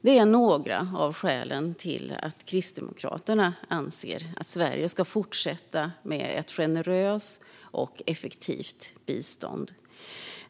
Det här är några av skälen till att Kristdemokraterna anser att Sverige ska fortsätta med ett generöst och effektivt bistånd.